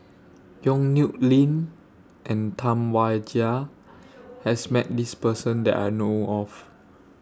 Yong Nyuk Lin and Tam Wai Jia has Met This Person that I know of